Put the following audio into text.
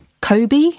Kobe